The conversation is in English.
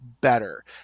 better